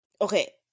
Okay